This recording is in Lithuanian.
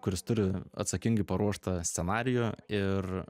kuris turi atsakingai paruoštą scenarijų ir